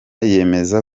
yemeza